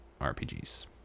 RPGs